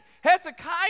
Hezekiah